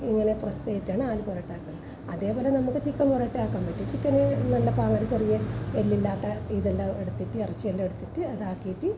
ഇങ്ങനെ പ്രസ് ചെയ്തിട്ടാണ് ആലു പൊറോട്ട ആക്കുന്നത് അതേപോലെ നമുക്ക് ചിക്കൻ പൊറോട്ട ആക്കാൻ പറ്റും ചിക്കന് നല്ല ചെറിയ എല്ലില്ലാത്ത ഇതെല്ലാം എടുത്തിട്ട് ഇറച്ചിയെല്ലാം എടുത്തിട്ട് അതാക്കിയിട്ട്